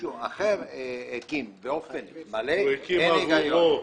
שמישהו אחר הקים באופן מלא אין היגיון.